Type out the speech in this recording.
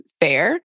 fair